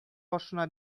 башына